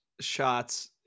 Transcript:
shots